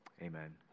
Amen